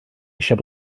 eisiau